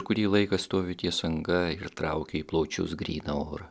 kurį laiką stovi ties anga ir traukia į plaučius gryną orą